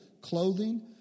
clothing